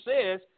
says